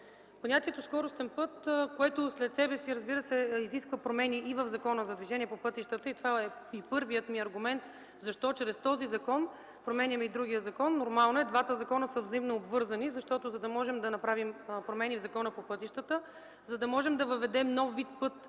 понятието „Скоростен път” изисква след себе си промени и в Закона за движение по пътищата. Това е и първият ми аргумент защо чрез този закон променяме и другия. Нормално е! Двата закона са взаимно обвързани, защото, за да можем да направим промени в Закона за пътищата, за да можем да въведем нов вид път